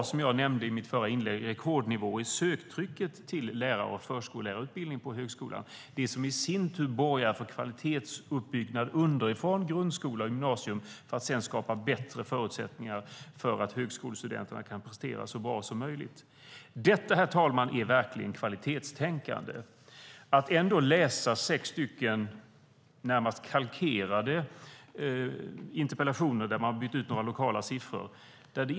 Som jag nämnde i mitt förra inlägg har vi också ett rekordhögt söktryck på lärar och förskollärarutbildningar på högskolan. Detta borgar i sin tur för kvalitetsuppbyggnad underifrån, från grundskola och gymnasium, och skapar bättre förutsättningar för att högskolestudenterna ska kunna prestera så bra som möjligt. Detta, herr talman, är verkligen kvalitetstänkande. Det har nu skrivits sex närmast kalkerade interpellationer, där man bara bytt ut några lokala siffror.